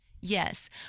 Yes